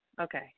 Okay